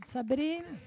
Sabrina